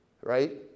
Right